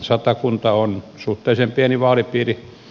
satakunta on suhteellisen pieni vaalipiiri